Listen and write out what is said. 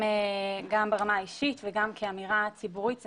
גם ברמה האישית וגם כאמירה ציבורית זה